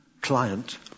client